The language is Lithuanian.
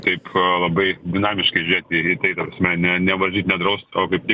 taip labai dinamiškai žiūrėti į tai ta prasme ne nevaržyt nedraust o kaip tik